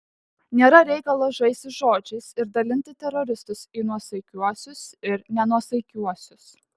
nėra reikalo žaisti žodžiais ir dalinti teroristus į nuosaikiuosius ir nenuosaikiuosius